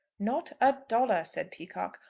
not a dollar, said peacocke.